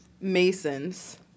Mason's